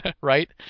right